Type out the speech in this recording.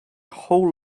whole